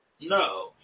No